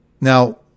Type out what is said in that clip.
Now